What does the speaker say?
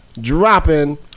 dropping